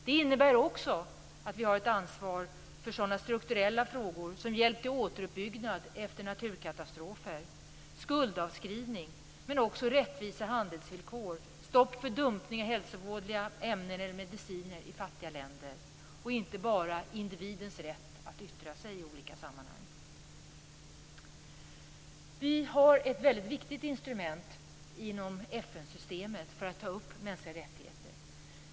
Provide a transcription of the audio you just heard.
Det innebär också att vi har ett ansvar för sådana strukturella frågor som hjälp till återuppbyggnad efter naturkatastrofer, skuldavskrivning men också rättvisa handelsvillkor, stopp för dumpning av hälsovådliga ämnen eller mediciner i fattiga länder och inte bara individens rätt att yttra sig i olika sammanhang. Vi har ett väldigt viktigt instrument inom FN systemet för att ta upp mänskliga rättigheter.